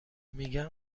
میگن